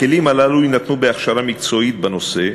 הכלים הללו יינתנו בהכשרה מקצועית בנושא.